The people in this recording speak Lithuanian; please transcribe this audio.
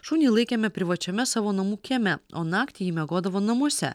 šunį laikėme privačiame savo namų kieme o naktį ji miegodavo namuose